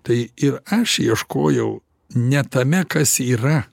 tai ir aš ieškojau ne tame kas yra